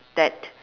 dad